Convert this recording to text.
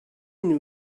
knew